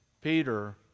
Peter